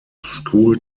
school